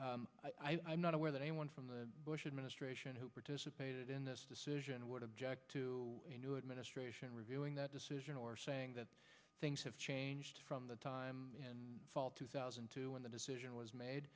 think i'm not aware that anyone from the bush administration who participated in this decision would object to a new administration reviewing that decision or saying that things have changed from the time fall of two thousand to when the decision was made